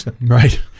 Right